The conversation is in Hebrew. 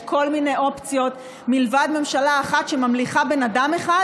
יש כל מיני אופציות מלבד ממשלה אחת שממליכה בן אדם אחד